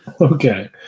Okay